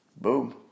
Boom